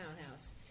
townhouse